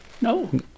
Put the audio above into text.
no